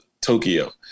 tokyo